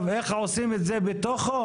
איך עושים את זה בתוכו?